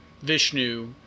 Vishnu